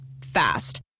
Fast